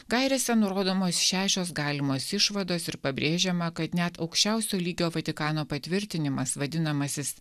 gairėse nurodomos šešios galimos išvados ir pabrėžiama kad net aukščiausio lygio vatikano patvirtinimas vadinamasis